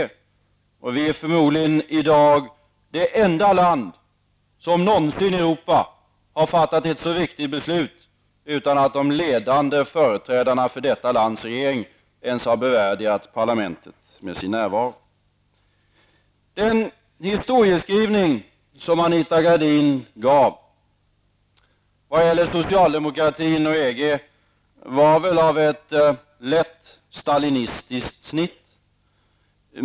Sverige är i dag förmodligen det enda land som någonsin i Europa har fattat ett så viktigt beslut utan att de ledande företrädarna för detta lands regering ens har bevärdigat parlamentet med sin närvaro. Den historieskrivning som Anita Gradin gav vad gäller socialdemokratin och EG var av ett lätt stalinistiskt snitt.